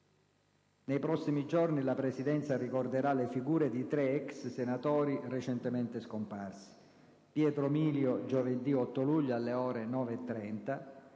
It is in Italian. Nei prossimi giorni la Presidenza ricorderà le figure di tre ex senatori recentemente scomparsi: Pietro Milio, giovedì 8 luglio alle ore 9,30;